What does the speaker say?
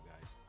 guys